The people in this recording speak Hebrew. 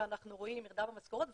אנחנו רואים ירידה במשכורת,